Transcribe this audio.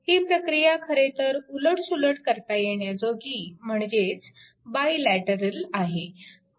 ही प्रक्रिया खरेतर उलट सुलट करता येण्याजोगी म्हणजेच बायलॅटरल आहे